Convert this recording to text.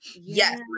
Yes